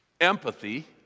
empathy